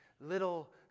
little